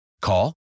Call